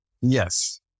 Yes